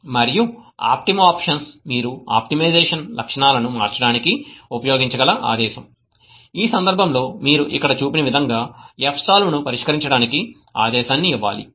మరియు optimoptions మీరు optimization లక్షణాలను మార్చడానికి ఉపయోగించగల ఆదేశం ఈ సందర్భంలో మీరు ఇక్కడ చూపిన విధంగా fsolve ను పరిష్కరించడానికి ఆదేశాన్ని ఇవ్వాలి